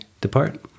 depart